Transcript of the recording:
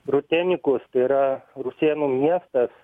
rutenikus tai yra rusėnų miestas